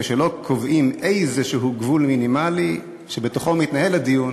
כשלא קובעים גבול מינימלי כלשהו שבתוכו מתנהל הדיון,